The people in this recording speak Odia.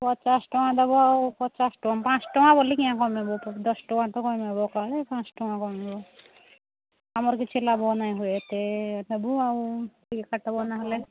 ପଚାଶ ଟଙ୍କା ଦେବ ଆଉ ପଚାଶ ଟଙ୍କା ପାଞ୍ଚ ଟଙ୍କା ବୋଲିି କେଁ କମେଇବ ଦଶ ଟଙ୍କା ତ କମେଇବ ଏକାବେଳେ ନା ପାଞ୍ଚ ଟଙ୍କା କମେଇବ ଆମର କିଛି ଲାଭ ନହିଁ ହୁଏ ଏତେ ନେବୁ ଆଉ ଟିକେ କାଟିବ ନହେଲେ